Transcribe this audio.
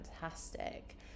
Fantastic